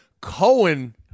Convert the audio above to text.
Cohen